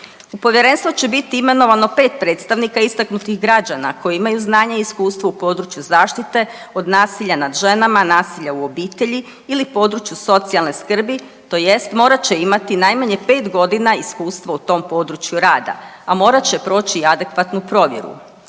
U povjerenstvo će biti imenovano 5 predstavnika istaknutih građana koji imaju znanja i iskustvo u području zaštite od nasilja nad ženama, nasilja u obitelji ili području socijalne skrbi tj. morat će imati najmanje 5 godina iskustava u tom području rada, a morat će proći i adekvatnu provjeru.